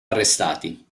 arrestati